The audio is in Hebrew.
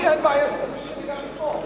לי אין בעיה שתציג את זה גם מפה,